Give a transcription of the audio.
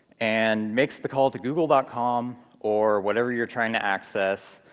and makes the call to google dot com or whatever you're trying to access,